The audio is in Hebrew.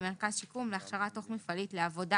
למרכז שיקום והכשרה תוך- מפעלית לעבודה